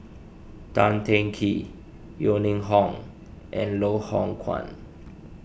Tan Teng Kee Yeo Ning Hong and Loh Hoong Kwan